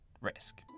risk